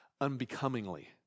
Unbecomingly